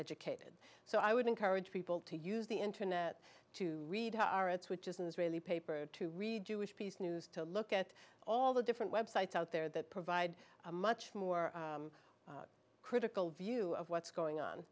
educated so i would encourage people to use the internet to read our ads which is an israeli paper to read jewish piece news to look at all the different websites out there that provide a much more critical view of what's going on